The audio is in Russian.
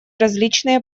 различные